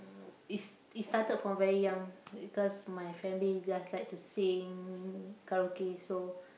is is started from very young because my family just like to sing karaoke so